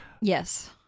Yes